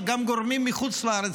גם גורמים מחוץ לארץ,